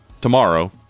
tomorrow